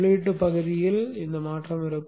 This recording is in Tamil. உள்ளீடு பகுதிகளில் மாற்றம் இருக்கும்